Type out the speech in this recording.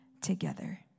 together